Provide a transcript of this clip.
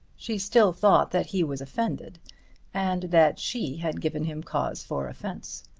she still thought that he was offended and that she had given him cause for offence.